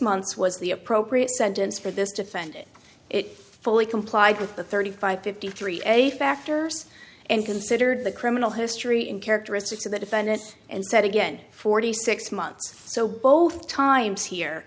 months was the appropriate sentence for this defendant it fully complied with the thirty five fifty three a factors and considered the criminal history and characteristics of the defendants and said again forty six months so both times here